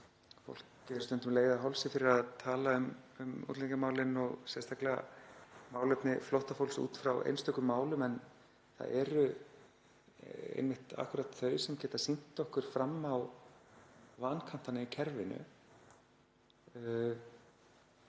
Fólki er stundum legið á hálsi fyrir að tala um útlendingamálin og sérstaklega málefni flóttafólks út frá einstökum málum en það eru einmitt þau sem geta sýnt okkur fram á vankanta í kerfinu.